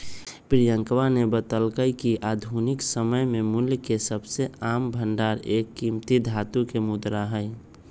प्रियंकवा ने बतल्ल कय कि आधुनिक समय में मूल्य के सबसे आम भंडार एक कीमती धातु के मुद्रा हई